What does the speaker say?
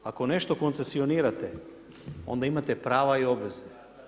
Ako nešto koncesionirate, onda imate prava i obveze.